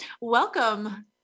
welcome